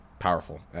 powerful